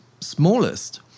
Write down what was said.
smallest